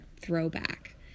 throwback